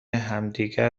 همدیگر